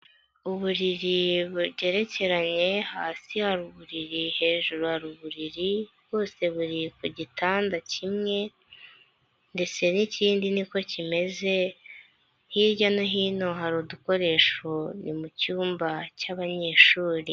Uburiri bugerekeranye, hasi hari buriri, hejuru hari ubuririri, bwose buri ku gitanda kimwe ndetse n'ikindi niko kimeze, hirya no hino hari udukoresho, ni mu cyumba cy'abanyeshuri.